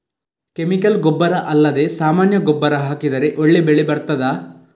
Chemical ಗೊಬ್ಬರ ಅಲ್ಲದೆ ಸಾಮಾನ್ಯ ಗೊಬ್ಬರ ಹಾಕಿದರೆ ಒಳ್ಳೆ ಬೆಳೆ ಬರ್ತದಾ?